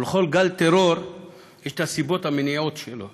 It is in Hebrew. ולכל גל טרור יש הסיבות המניעות אותו.